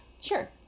sure